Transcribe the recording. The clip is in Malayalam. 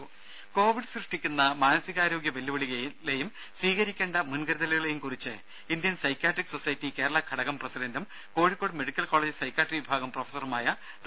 രും കോവിഡ് സൃഷ്ടിക്കുന്ന മാനസികാരോഗ്യ വെല്ലുവിളികളെയും സ്വീകരിക്കേണ്ട മുൻകരുതലുകളെയും കുറിച്ച് ഇന്ത്യൻ സൈക്യാട്രിക് സൊസൈറ്റി കേരള ഘടകം പ്രസിഡന്റും കോഴിക്കോട് മെഡിക്കൽ കോളജ് സെക്യാട്രി വിഭാഗം പ്രൊഫസറുമായ ഡോ